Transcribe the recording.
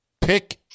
Pick